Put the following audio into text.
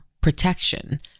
protection